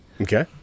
Okay